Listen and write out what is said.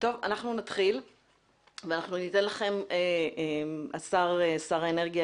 נתחיל ובפתח הישיבה אנחנו ניתן לשר האנרגיה